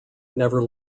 never